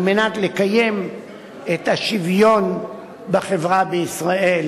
על מנת לקיים את השוויון בחברה בישראל,